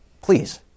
please